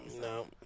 No